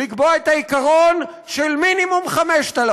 לקבוע את העיקרון של מינימום 5,000: